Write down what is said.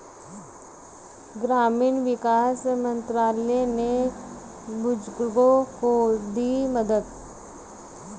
ग्रामीण विकास मंत्रालय ने बुजुर्गों को दी मदद